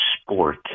sport